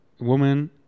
woman